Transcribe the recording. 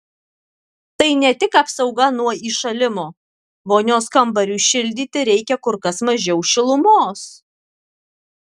tai ne tik apsauga nuo įšalimo vonios kambariui šildyti reikia kur kas mažiau šilumos